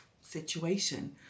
situation